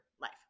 life